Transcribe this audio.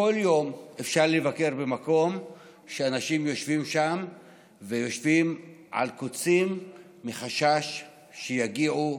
כל יום אפשר לבקר במקום שאנשים יושבים בו על קוצים מחשש שיגיעו